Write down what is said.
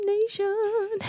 nation